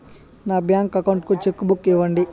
నా bank account కు cheque book ఇవ్వండి